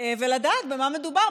ולדעת במה מדובר.